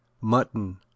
mutton